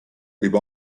võib